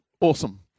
Awesome